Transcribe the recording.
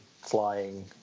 flying